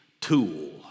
tool